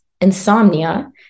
insomnia